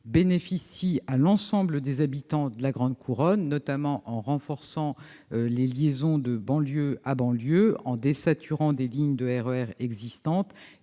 profitera à l'ensemble des habitants de la grande couronne, notamment en renforçant les liaisons de banlieue à banlieue, en désaturant des lignes de RER existantes